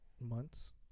months